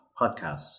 podcasts